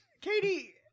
Katie